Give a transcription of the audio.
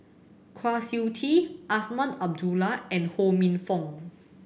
Kwa Siew Tee Azman Abdullah and Ho Minfong